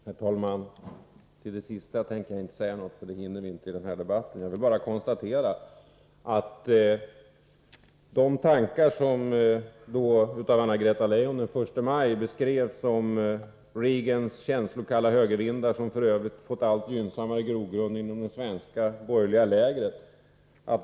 Herr talman! När det gäller det sista uttalandet tänker jag inte säga någonting, för det hinner vi inte ta upp i denna debatt. Jag vill bara konstatera att Anna-Greta Leijon den första maj talade om ”Reagans känslokalla högervindar, som f. ö. fått allt gynnsammare grogrund inom det svenska borgerliga lägret”.